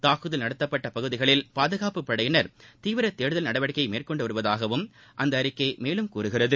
தாக்குதல் நடத்தப்பட்ட பகுதிகளில் பாதுகாப்புப் படையினர் தீவிர தேடுதல் நடவடிக்கையை மேற்கொண்டு வருவதாகவும் இந்த அறிக்கை மேலும் கூறுகிறது